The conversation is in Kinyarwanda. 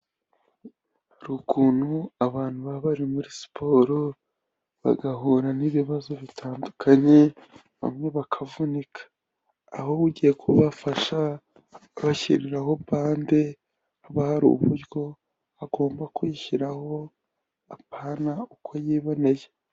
Hari ukuntu abantu baba bari muri siporo bagahura n'ibibazo bitandukanye bamwe bakavunika, aho ugiye kubafasha abashyiriraho bande, haba hari uburyo agomba kuyishyiraho; apana uko yiboneye.